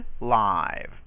live